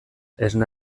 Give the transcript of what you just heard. esne